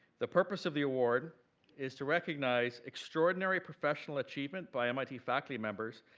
the purpose of the award is to recognize extraordinary professional achievement by mit faculty members,